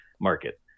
market